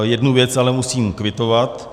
Jednu věc ale musím kvitovat.